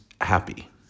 happy